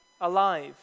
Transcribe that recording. alive